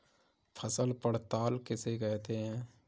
फसल पड़ताल किसे कहते हैं?